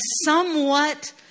somewhat